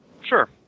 Sure